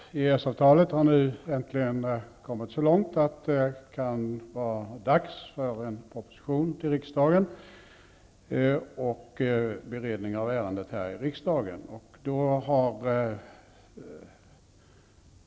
Herr talman! Arbetet med EES-avtalet har nu äntligen kommit så långt att det kan vara dags för en proposition till riksdagen och beredning av ärendet i riksdagen.